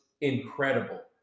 incredible